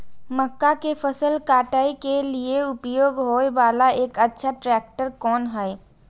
मक्का के फसल काटय के लिए उपयोग होय वाला एक अच्छा ट्रैक्टर कोन हय?